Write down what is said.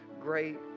great